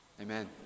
amen